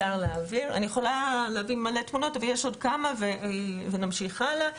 אני יכולה להביא המון תמונות אבל אציג עוד כמה ונמשיך הלאה.